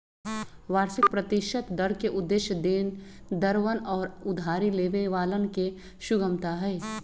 वार्षिक प्रतिशत दर के उद्देश्य देनदरवन और उधारी लेवे वालन के सुगमता हई